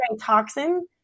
Toxin